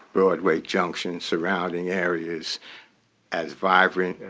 broadway junction, surrounding areas as vibrant,